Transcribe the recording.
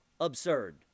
Absurd